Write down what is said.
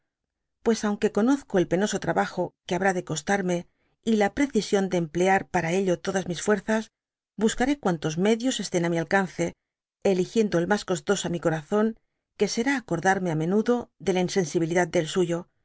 pues aunque conozco el penoso trabajo que habrá de costarme y la precisión de emplear para ello todas mis fuerzas buscaré cuantos medios estén á mi alcance eligiendo el mas costoso á mi cocí by google razón que será acordarme á menudo de la insensibilidad de el suyo